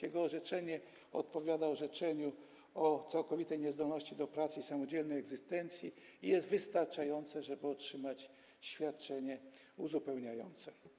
Jego orzeczenie odpowiada orzeczeniu o całkowitej niezdolności do pracy i samodzielnej egzystencji i jest wystarczające, żeby otrzymać świadczenie uzupełniające.